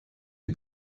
die